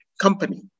company